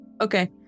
okay